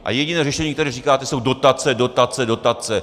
A jediné řešení, které říkáte, jsou dotace, dotace, dotace.